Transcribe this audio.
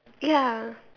ya